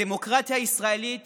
הדמוקרטיה הישראלית